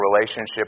relationship